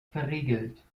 verriegelt